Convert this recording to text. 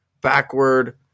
backward